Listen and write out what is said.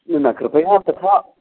न न कृपया तथा